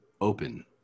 open